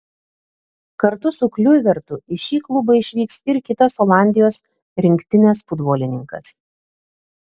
kartu su kliuivertu į šį klubą išvyks ir kitas olandijos rinktinės futbolininkas